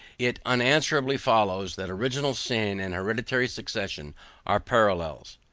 it unanswerably follows that original sin and hereditary succession are parallels.